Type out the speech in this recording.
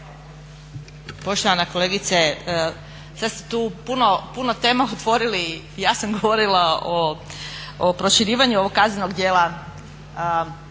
poštovana kolegice. Sada ste tu puno tema otvorili, ja sam govorila o proširivanju ovog kaznenog djela